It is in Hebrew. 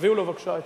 אדוני היושב-ראש,